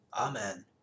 Amen